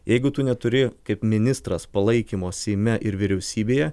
jeigu tu neturi kaip ministras palaikymo seime ir vyriausybėje